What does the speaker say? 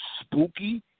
spooky